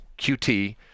QT